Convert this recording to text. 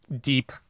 deep